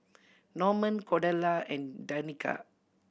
Norman Cordella and Danika